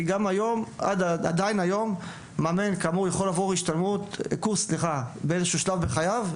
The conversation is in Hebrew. כי עדיין היום מאמן יכול לעבור קורס באיזה שהוא שלב בחייו,